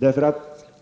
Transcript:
skett.